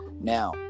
Now